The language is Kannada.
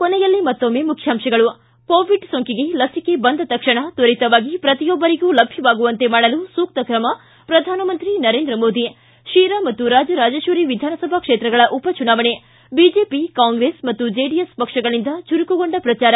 ಕೊನೆಯಲ್ಲಿ ಮತ್ತೊಮ್ಮೆ ಮುಖ್ಯಾಂಶಗಳು ಿ ಕೋವಿಡ್ ಸೋಂಕಿಗೆ ಲಸಿಕೆ ಬಂದ ತಕ್ಷಣ ತ್ವರಿತವಾಗಿ ಪ್ರತಿಯೊಬ್ಬರಿಗೂ ಲಭ್ಯವಾಗುವಂತೆ ಮಾಡಲು ಸೂಕ್ತ ಕ್ರಮ ಪ್ರಧಾನಮಂತ್ರಿ ನರೇಂದ್ರ ಮೋದಿ ಶಿ ಶಿರಾ ಮತ್ತು ರಾಜರಾಜೇಶ್ವರಿ ವಿಧಾನಸಭಾ ಕ್ಷೇತ್ರಗಳ ಉಪಚುನಾವಣೆ ಬಿಜೆಪಿ ಕಾಂಗ್ರೆಸ್ ಮತ್ತು ಜೆಡಿಎಸ್ ಪಕ್ಷಗಳಿಂದ ಚುರುಕುಗೊಂಡ ಪ್ರಚಾರ